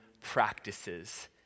practices